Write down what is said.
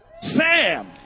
Sam